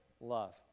love